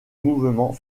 mouvement